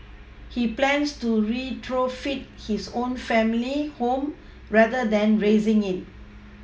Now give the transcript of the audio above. he plans to retrofit his own family home rather than razing it